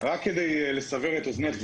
רק כדי לסבר את אוזנך,